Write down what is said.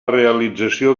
realització